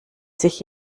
sich